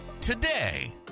today